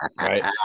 Right